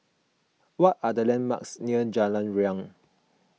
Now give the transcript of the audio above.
what are the landmarks near Jalan Riang